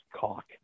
cock